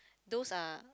those are